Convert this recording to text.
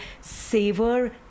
savor